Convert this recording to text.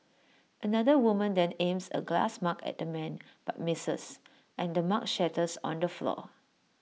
another woman then aims A glass mug at the man but misses and the mug shatters on the floor